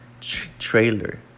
trailer